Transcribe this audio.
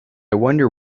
wonder